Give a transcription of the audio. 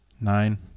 Nine